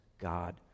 God